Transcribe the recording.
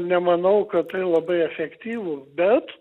nemanau kad tai labai efektyvu bet